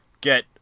get